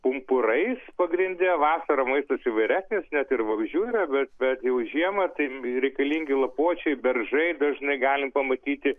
pumpurais pagrinde vasarą maistas įvairesnis net ir vabzdžių yra bet jau žiemą tai reikalingi lapuočiai beržai dažnai galim pamatyti